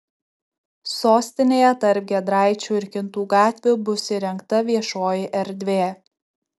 sostinėje tarp giedraičių ir kintų gatvių bus įrengta viešoji erdvė